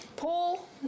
Paul